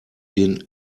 den